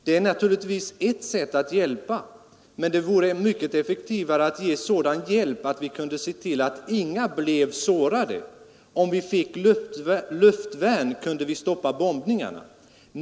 Det är naturligtvis ett sätt att hjälpa, men det vore mycket effektivare att ge sådan hjälp att vi kunde se till att inga blev sårade. Om vi fick luftvärn, kunde vi stoppa bombningarna.